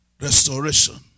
Restoration